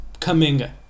Kaminga